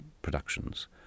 productions